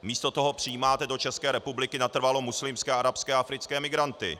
Místo toho přijímáte do České republiky natrvalo muslimské, arabské a africké migranty.